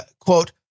quote